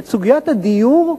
עם סוגיית הדיור,